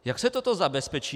Jak se toto zabezpečí?